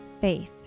faith